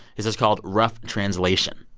his is called rough translation.